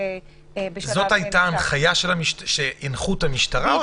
זאת הייתה הנחיה שהנחו את המשטרה?